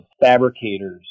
fabricators